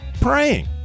praying